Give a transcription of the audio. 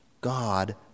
God